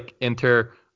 enter